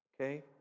okay